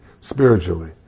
spiritually